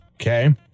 Okay